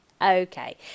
Okay